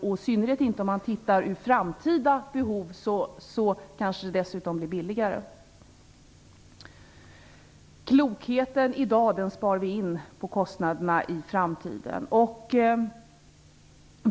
Om man ser till framtida behov kanske de tvärtom blir billigare. De eventuella extra kostnaderna för klokheten i dag sparar vi in på kostnaderna i framtiden.